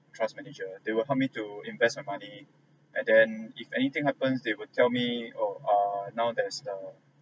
trust manager they will help me to invest my money and then if anything happens they would tell me oh err now there's the